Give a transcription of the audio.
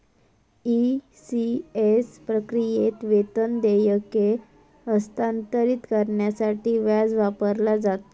ECS प्रक्रियेत, वेतन देयके हस्तांतरित करण्यासाठी व्याज वापरला जाता